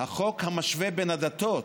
המשווה בין הדתות.